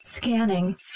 Scanning